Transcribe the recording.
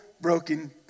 broken